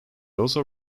also